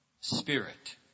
spirit